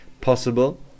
possible